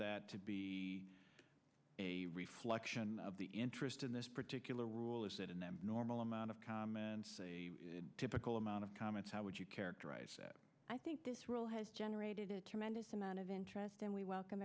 that to be a reflection of the interest in this particular rule is that a normal amount of comments typical amount of comments how would you characterize i think this rule has generated a tremendous amount of interest and we welcome